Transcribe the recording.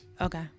okay